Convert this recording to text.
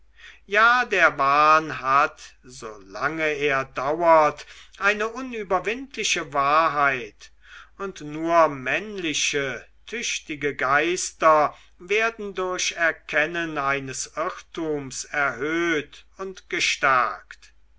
ja der wahn hat solange er dauert eine unüberwindliche wahrheit und nur männliche tüchtige geister werden durch erkennen eines irrtums erhöht und gestärkt